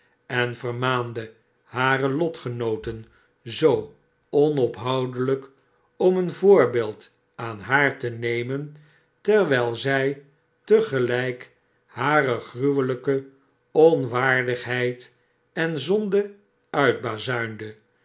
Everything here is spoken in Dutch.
en vermaande hare lotgenooten zoo onophoudelijk om een voorbeeld aan haar te nemen terwijl zij te gelijk hare gruwelijke onwaardigheid en zonde